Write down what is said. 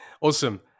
Awesome